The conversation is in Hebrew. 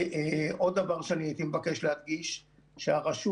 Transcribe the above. ועוד דבר שאני הייתי מבקש להדגיש הוא שהרשות